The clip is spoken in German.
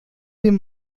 dem